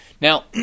Now